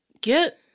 get